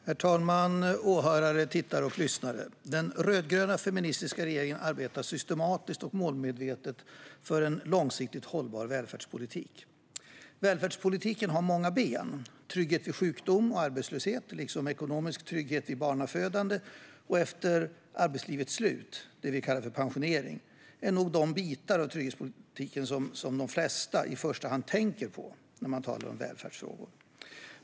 Herr talman, åhörare, tittare och lyssnare! Den rödgröna feministiska regeringen arbetar systematiskt och målmedvetet för en långsiktigt hållbar välfärdspolitik. Välfärdspolitiken har många ben. Trygghet vid sjukdom och arbetslöshet liksom ekonomisk trygghet vid barnafödande och efter arbetslivets slut, det vi kallar pensionering, är nog de bitar i trygghetspolitiken som de flesta i första hand tänker på när man talar om välfärdsfrågor.